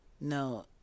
No